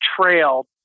trail